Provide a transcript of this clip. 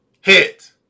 hit